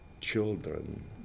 children